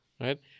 Right